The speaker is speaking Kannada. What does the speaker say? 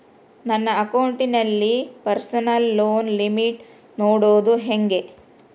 ನನ್ನ ಅಕೌಂಟಿನಲ್ಲಿ ಪರ್ಸನಲ್ ಲೋನ್ ಲಿಮಿಟ್ ನೋಡದು ಹೆಂಗೆ?